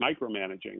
micromanaging